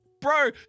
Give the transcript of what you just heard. Bro